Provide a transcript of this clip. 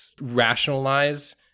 rationalize